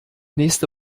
nächste